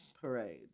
parade